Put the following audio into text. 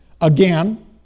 again